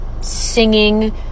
singing